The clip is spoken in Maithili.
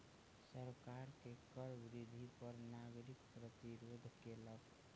सरकार के कर वृद्धि पर नागरिक प्रतिरोध केलक